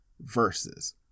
versus